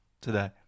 today